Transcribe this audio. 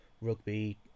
rugby